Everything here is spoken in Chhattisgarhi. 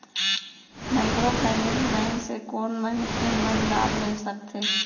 माइक्रोफाइनेंस बैंक से कोन मनखे मन लाभ ले सकथे?